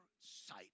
sight